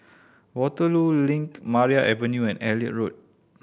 Waterloo Link Maria Avenue and Elliot Road